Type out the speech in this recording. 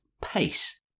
pace